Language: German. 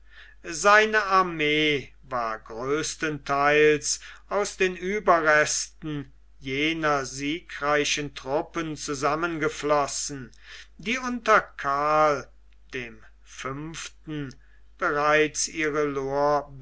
seine armee war größtenteils ans den ueberresten jener siegreichen trnppen zusammengeflossen die unter karl dem fünften bereits ihre